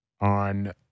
on